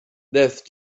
death